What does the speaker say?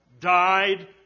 died